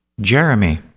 Jeremy